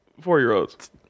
four-year-olds